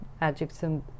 adjectives